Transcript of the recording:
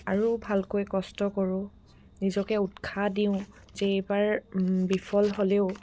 আৰু ভালকৈ কষ্ট কৰোঁ নিজকে উৎসাহ দিওঁ যে এইবাৰ বিফল হ'লেও